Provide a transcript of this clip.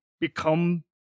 become